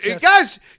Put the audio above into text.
Guys